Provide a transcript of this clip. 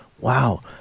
wow